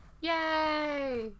Yay